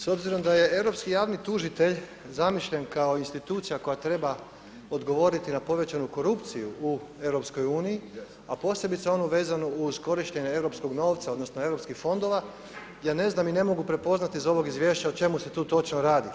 S obzirom da je europski javni tužitelj zamišljen kao institucija koja treba odgovoriti na povećanu korupciju u EU, a posebice onu vezanu uz korištenje europskog novca, odnosno EU fondova ja ne znam i ne mogu prepoznati iz ovog izvješća o čemu se tu točno radi.